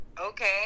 Okay